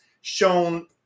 shown